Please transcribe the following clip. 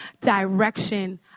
direction